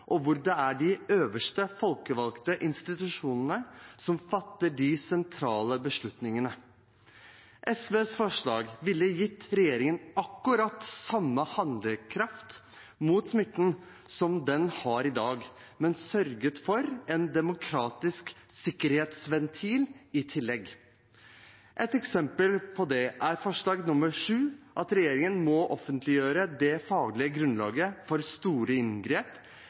og hvor det er de øverste folkevalgte institusjoner som fatter de sentrale beslutningene. SVs forslag ville gitt regjeringen akkurat samme handlekraft mot smitten som den har i dag, men sørget for en demokratisk sikkerhetsventil i tillegg. Et eksempel på det er forslag nr. 7, om at regjeringen må offentliggjøre det faglige grunnlaget for store inngrep, eller forslag nr. 5, som sier at store inngrep